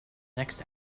next